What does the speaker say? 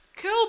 Cool